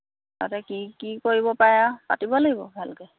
তাতে কি কি কৰিব পাৰে আৰু পাতিব লাগিব ভালকৈ